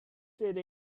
city